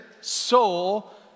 soul